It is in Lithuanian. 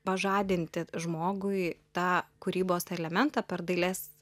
pažadinti žmogui tą kūrybos elementą per dailės